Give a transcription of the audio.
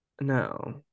No